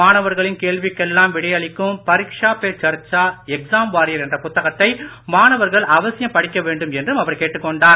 மாணவர்களின் கேள்விக்கெல்லாம் விடையளிக்கும் பரிக்ஷா பே சர்ச்சா எக்சாம் வாரியர் என்ற புத்தகத்தை மாணவர்கள் அவசியம் படிக்க வேண்டும் என்றும் அவர் கேட்டுக் கொண்டார்